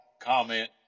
comment